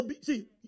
See